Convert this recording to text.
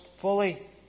fully